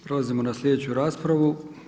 Prelazimo na sljedeću raspravu.